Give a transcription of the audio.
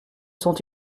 sont